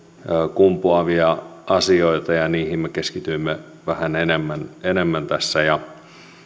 kumpuavia asioita ja niihin me keskityimme vähän enemmän enemmän tässä yleensäkin